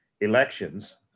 elections